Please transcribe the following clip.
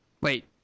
Wait